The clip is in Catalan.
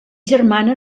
germana